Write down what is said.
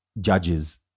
judges